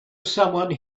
someone